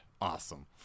awesome